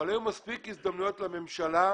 אבל היו מספיק הזדמנויות לממשלה,